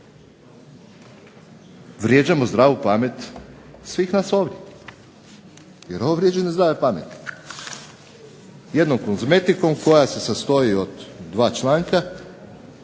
vrijeđamo zdravu pamet svih nas ovdje jer ovo je vrijeđanje zdrave pameti. Jednom kozmetikom koja se sastoji od dva članka